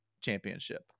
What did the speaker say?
championship